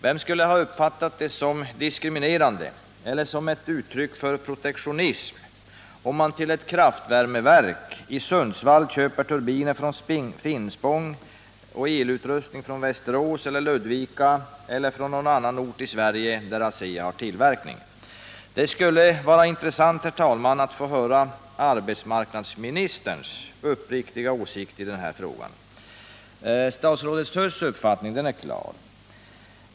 Vem skulle ha uppfattat det som ”diskriminerande” eller som ett uttryck för protektionism om man till ett kraftvärmeverk i Sundsvall köpte turbiner från Finspång och elutrustning från Västerås eller Ludvika eller någon annan ort i Sverige där ASEA har tillverkning? Det skulle vara intressant, herr talman, att få höra arbetsmarknadsministerns uppriktiga åsikt i den här frågan. Statsrådet Huss uppfattning är klar.